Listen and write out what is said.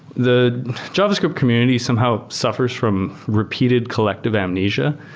the javascript community somehow suffers from repeated collective amnesia.